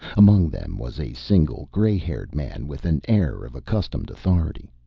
among them was a single gray-haired man with an air of accustomed authority.